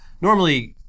normally